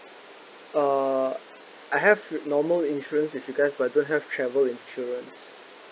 uh I have wi~ normal insurance with you guys but don't have travel insurance